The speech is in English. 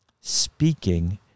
Speaking